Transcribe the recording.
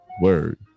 Word